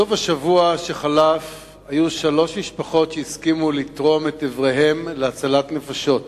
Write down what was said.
בסוף השבוע שחלף שלוש משפחות הסכימו לתרום איברים להצלת נפשות,